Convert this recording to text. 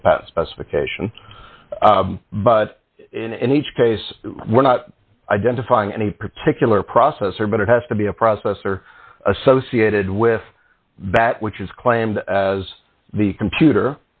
in the past specification but in each case we're not identifying any particular processor but it has to be a processor associated with that which is claimed as the computer